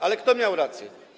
Ale kto miał rację?